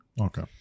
Okay